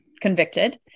convicted